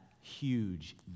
huge